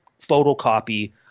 photocopy